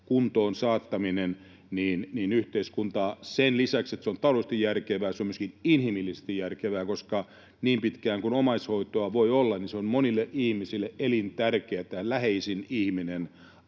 kuntoon saattaminen, yhteiskuntaa: sen lisäksi, että se on taloudellisesti järkevää, se on myöskin inhimillisesti järkevää, koska niin pitkään kuin omaishoitoa voi olla, se on monille ihmisille elintärkeää, että läheisin ihminen